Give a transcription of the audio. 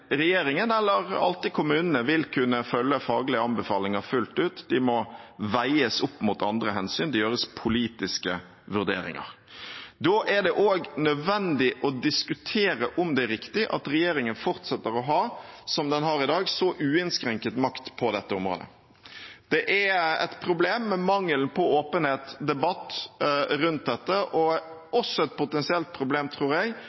regjeringen eller kommunene vil alltid kunne følge faglige anbefalinger fullt ut. De må veies opp mot andre hensyn – det gjøres politiske vurderinger. Da er det også nødvendig å diskutere om det er riktig at regjeringen fortsetter å ha, som den har i dag, så uinnskrenket makt på dette området. Det er et problem med mangelen på åpenhet, debatt, rundt dette og også et potensielt problem, tror jeg,